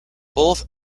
both